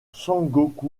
sengoku